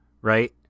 right